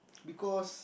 because